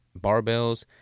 barbells